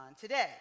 today